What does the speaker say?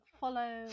follow